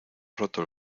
roto